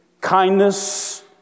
kindness